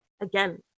again